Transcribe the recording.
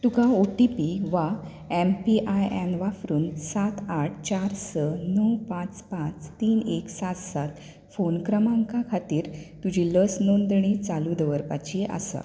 तुका O T P वा M P I N वापरून सात आठ चार स णव पाच पाच तीन एक सात सात फोन क्रमांका खातीर तुजी लस नोंदणी चालू दवरपाची आसा